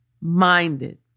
minded